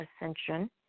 ascension